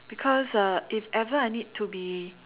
because uh if ever I need to be